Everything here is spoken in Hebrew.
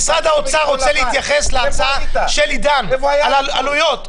משרד האוצר רוצה להתייחס להצעה של עידן רול על העלויות.